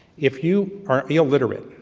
if you are illiterate,